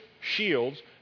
shields